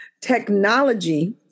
technology